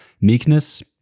meekness